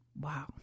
Wow